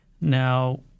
Now